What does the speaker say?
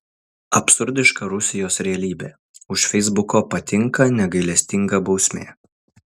absurdiška rusijos realybė už feisbuko patinka negailestinga bausmė